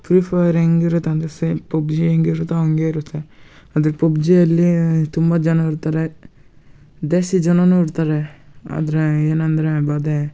free fire ಹೆಂಗ್ ಇರುತ್ತಂದರೆ same PUBG ಹೇಗಿರತ್ತೋ ಹಂಗೇ ಇರುತ್ತೆ ಆದರೆ ಪಬ್ಜಿಯಲ್ಲಿ ತುಂಬ ಜನ ಇರ್ತಾರೆ ದೇಶಿ ಜನರೂ ಇರ್ತಾರೆ ಆದರೆ ಏನಂದರೆ ಬಾಧೆ